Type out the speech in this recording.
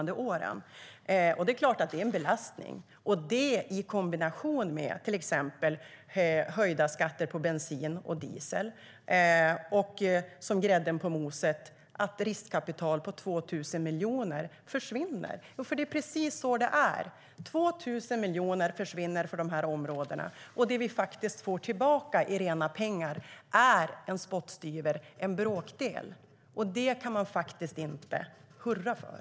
Det är såklart en belastning, i kombination med till exempel höjda skatter på bensin och diesel. Och som grädde på moset försvinner riskkapital på 2 miljarder. Det är precis så det är. 2 miljarder försvinner för de här områdena. Och det vi får tillbaka i rena pengar är en spottstyver, en bråkdel. Det kan man faktiskt inte hurra för.